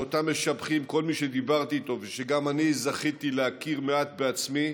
שאותה משבחים כל מי שדיברתי איתם ושגם אני זכיתי להכיר מעט בעצמי,